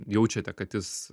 jaučiate kad jis